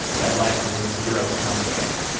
that life is a zero sum game.